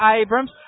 Abrams